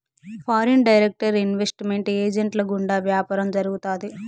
foreign direct investment ఏజెంట్ల గుండా వ్యాపారం జరుగుతాది